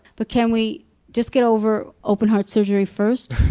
but can we just get over open heart surgery first?